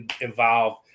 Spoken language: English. involved